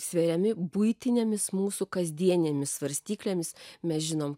sveriami buitinėmis mūsų kasdienėmis svarstyklėmis mes žinom